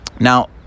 Now